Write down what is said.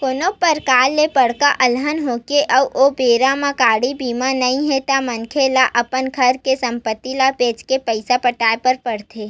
कोनो परकार ले बड़का अलहन होगे अउ ओ बेरा म गाड़ी बीमा नइ हे ता मनखे ल अपन घर के संपत्ति ल बेंच के पइसा पटाय बर पड़थे